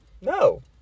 No